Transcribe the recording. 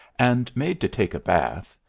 and made to take a bath,